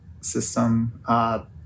system